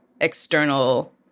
external